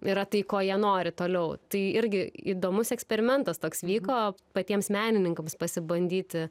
yra tai ko jie nori toliau tai irgi įdomus eksperimentas toks vyko patiems menininkams pasibandyti